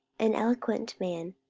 an eloquent man,